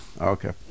Okay